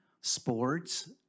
sports